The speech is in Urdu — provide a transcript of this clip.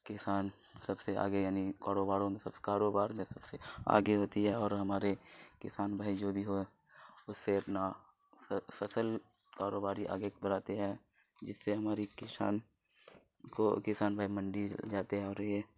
کسان سب سے آگے یعنی کاروباروں میں سب کاروبار میں سب سے آگے ہوتی ہے اور ہمارے کسان بھائی جو بھی ہو اس سے اپنا فصل کاروباری آگے بڑھاتے ہیں جس سے ہماری کسان کو کسان بھائی منڈی جاتے ہیں اور یہ